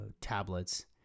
tablets